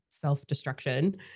self-destruction